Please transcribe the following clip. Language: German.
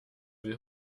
will